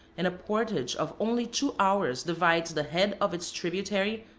and a portage of only two hours divides the head of its tributary,